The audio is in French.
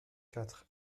quatre